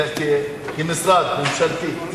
כמשרד ממשלתי,